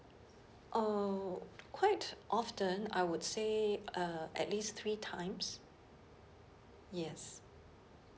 uh quite often I would say uh at least three times yes